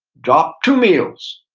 drop two meals.